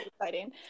exciting